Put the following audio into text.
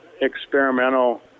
experimental